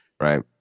right